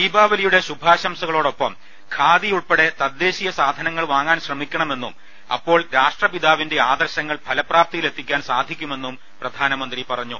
ദീപാവലിയുടെ ശുഭാശംസകളോടൊപ്പം ഖാദിയുൾപ്പെടെ തദ്ദേശീയ സാധനങ്ങൾ വാങ്ങാൻ ശ്രമിക്ക ണമെന്നും അപ്പോൾ രാഷ്ട്രപിതാവിന്റെ ആദർശങ്ങൾ ഫല പ്രാപ്തിയിലെത്തിക്കാൻ സാധിക്കുമെന്നും പ്രധാനമന്ത്രി പറ ഞ്ഞു